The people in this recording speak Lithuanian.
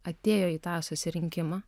atėjo į tą susirinkimą